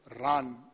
run